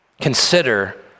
Consider